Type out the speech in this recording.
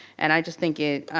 and i just think it,